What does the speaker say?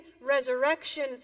resurrection